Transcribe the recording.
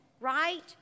right